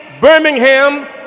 Birmingham